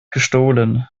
gestohlen